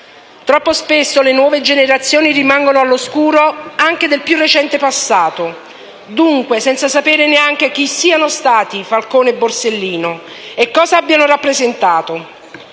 Troppo spesso le nuove generazioni rimangono all'oscuro anche del più recente passato e, dunque, senza sapere neppure chi siano stati Falcone e Borsellino e cosa abbiano rappresentato.